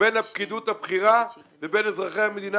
בין הפקידות הבכירה לבין אזרחי המדינה